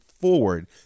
forward